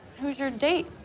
who's your date?